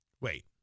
Wait